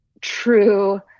true